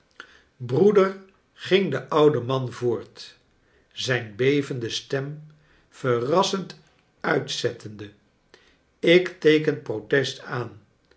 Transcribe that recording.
broeder ging de oude man voort zijn bevende stem verrassend uitzettende ik teeken protest aan